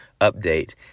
update